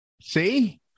See